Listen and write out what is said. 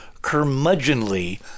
curmudgeonly